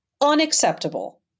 unacceptable